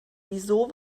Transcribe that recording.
wieso